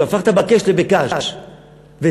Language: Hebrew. הוא הפך את ה"בקֵש" ל"בקַש ותבן".